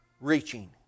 reaching